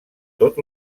tot